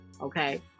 Okay